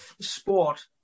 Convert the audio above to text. sport